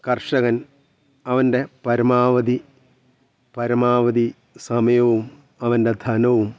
കർഷകൻ അവൻ്റെ പരമാവധി പരമാവധി സമയവും അവൻ്റെ ധനവും